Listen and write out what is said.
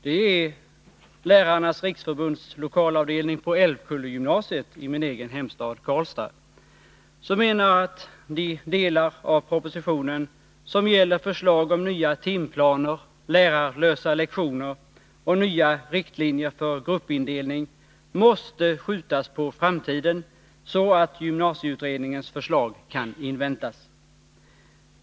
Det är Lärarnas riksförbunds lokalavdelning på Älvkullegymnasiet i min egen hemstad Karlstad, som menar att de delar av propositionen som gäller förslag om nya timplaner, lärarlösa lektioner och nya riktlinjer för gruppindelning måste skjutas på framtiden så att gymnasieutredningens förslag kan inväntas.